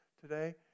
today